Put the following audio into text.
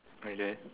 and then